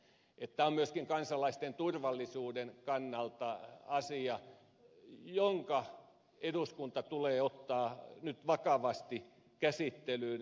tämä on myöskin kansalaisten turvallisuuden kannalta asia joka eduskunnan tulee ottaa nyt vakavasti käsittelyyn